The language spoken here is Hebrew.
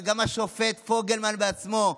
גם השופט פוגלמן בעצמו,